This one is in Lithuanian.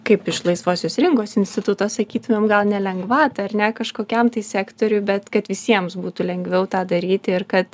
kaip iš laisvosios rinkos instituto sakytumėm gal ne lengvatą ar ne kažkokiam tai sektoriui bet kad visiems būtų lengviau tą daryti ir kad